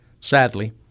Sadly